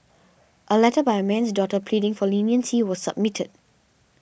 a letter by a man's daughter pleading for leniency was submitted